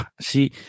see